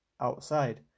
Outside